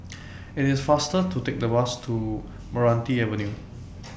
IT IS faster to Take The Bus to Meranti Avenue